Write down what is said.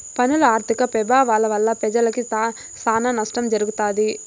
పన్నుల ఆర్థిక పెభావాల వల్ల పెజలకి సానా నష్టం జరగతాది